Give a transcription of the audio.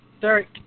Derek